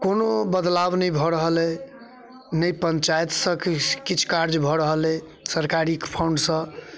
कोनो बदलाव नहि भऽ रहल अइ नहि पञ्चाइतसँ किछु कार्ज भऽ रहल अइ सरकारी फण्डसँ